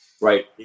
right